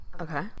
Okay